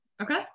Okay